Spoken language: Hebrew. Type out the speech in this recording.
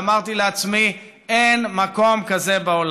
ואמרתי לעצמי: אין מקום כזה בעולם.